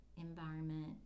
environment